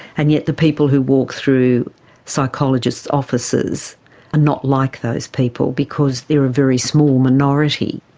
and yet the people who walk through psychologists' offices are not like those people because they are a very small minority.